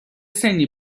سنی